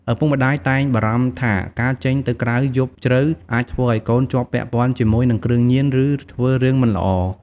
ឪពុកម្តាយតែងបារម្ភថាការចេញទៅក្រៅយប់ជ្រៅអាចធ្វើឱ្យកូនជាប់ពាក់ព័ន្ធជាមួយនឹងគ្រឿងញៀន ឬធ្វើរឿងមិនល្អ។